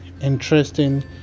interesting